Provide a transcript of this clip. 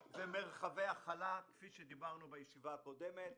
ומרחבי הכלה כפי שדיברנו בישיבה הקודמת,